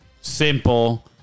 simple